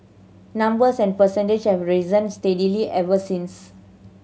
numbers and percentage have risen steadily ever since